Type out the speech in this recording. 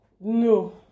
No